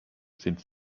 sind